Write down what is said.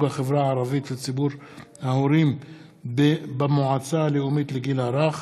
החברה הערבית וציבור ההורים במועצה הלאומית לגיל הרך.